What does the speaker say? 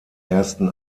ersten